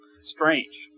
Strange